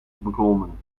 beklommen